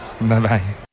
Bye-bye